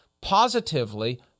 positively